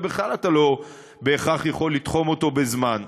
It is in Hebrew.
ובכלל אתה לא בהכרח יכול לתחום אותו בזמן.